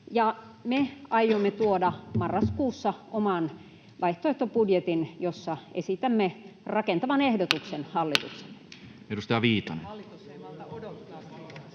Me aiomme tuoda marraskuussa oman vaihtoehtobudjetin, jossa esitämme rakentavan ehdotuksen hallitukselle.